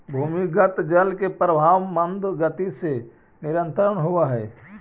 भूमिगत जल के प्रवाह मन्द गति से निरन्तर होवऽ हई